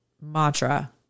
mantra